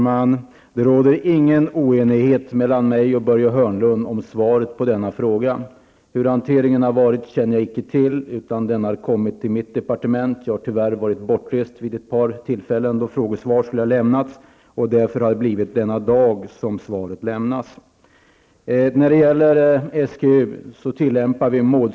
Fru talman! Det råder ingen oenighet mellan mig och Börje Hörnlund om svaret på denna fråga. Hur hanteringen har gått till känner jag icke till. Frågan har kommit till mitt departement. Jag har tyvärr varit bortrest vid ett par tillfällen då frågesvar skulle ha lämnats. Därför lämnas svaret i dag. Vi tillämpar målstyrning när det gäller SGU.